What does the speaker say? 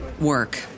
work